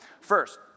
First